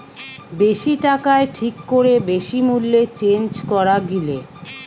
বেশি টাকায় ঠিক করে বেশি মূল্যে চেঞ্জ করা গিলে